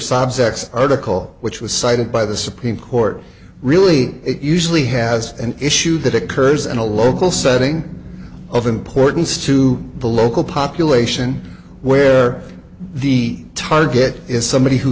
sex article which was cited by the supreme court really it usually has an issue that occurs in a local setting of importance to the local population where the target is somebody